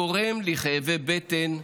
גורם לכאבי בטן,